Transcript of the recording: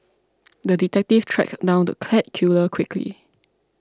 the detective tracked down the cat killer quickly